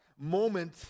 moment